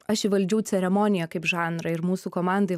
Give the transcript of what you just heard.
aš įvaldžiau ceremoniją kaip žanrą ir mūsų komandai